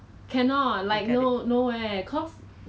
上面只是 cheese 而已 but 他的那个